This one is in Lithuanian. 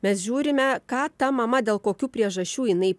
mes žiūrime ką ta mama dėl kokių priežasčių jinai